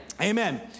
Amen